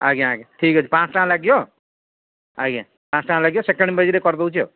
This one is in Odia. ଆଜ୍ଞା ଆଜ୍ଞା ଠିକ୍ ଅଛି ପାଞ୍ଚଶହ ଟଙ୍କା ଲାଗିବ ଆଜ୍ଞା ପାଞ୍ଚଶହ ଟଙ୍କା ଲାଗିବ ସେକେଣ୍ଡ ପେଜ୍ରେ କରିଦେଉଛି ଆଉ